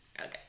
Okay